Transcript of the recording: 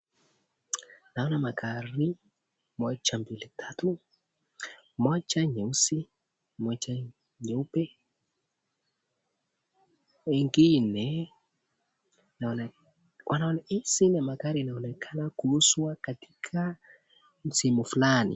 Naona magari moja mbili tatu. Moja nyeusi, moja nyeupe nyingine. Hizi ni magari inaonekana kuuzwa katika msimu fulani.